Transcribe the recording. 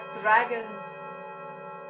dragons